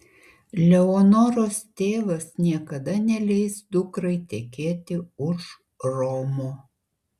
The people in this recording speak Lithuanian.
leonoros tėvas niekada neleis dukrai tekėti už romo